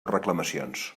reclamacions